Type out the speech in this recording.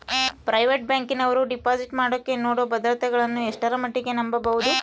Private ಬ್ಯಾಂಕಿನವರು deposit ಮಾಡೋಕೆ ನೇಡೋ ಭದ್ರತೆಗಳನ್ನು ಎಷ್ಟರ ಮಟ್ಟಿಗೆ ನಂಬಬಹುದು?